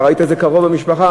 ראית את זה קרוב למשפחה,